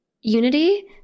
Unity